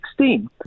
2016